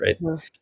right